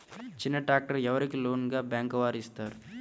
చిన్న ట్రాక్టర్ ఎవరికి లోన్గా బ్యాంక్ వారు ఇస్తారు?